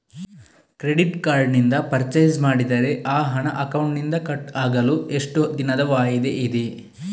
Credit card ನಿಂದ purchase ಮಾಡಿದರೆ ಆ ಹಣ ಅಕೌಂಟಿನಿಂದ ಕಟ್ ಆಗಲು ಎಷ್ಟು ದಿನದ ವಾಯಿದೆ ಇದೆ?